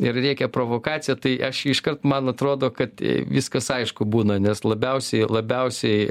ir rėkia provokacija tai aš iškart man atrodo kad viskas aišku būna nes labiausiai labiausiai